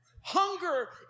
Hunger